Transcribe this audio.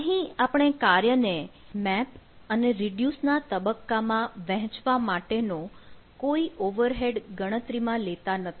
અહીં આપણે કાર્યને મેપ અને રિડ્યુસ ના તબક્કામાં વહેચવા માટેનો કોઈ ઓવરહેડ ગણત્રીમાં લેતા નથી